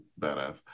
badass